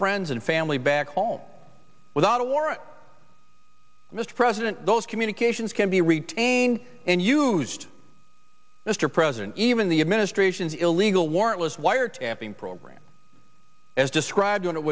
friends and family back home without a warrant mr president those communications can be read and used mr president even the administration's illegal warrantless wiretapping program as described when it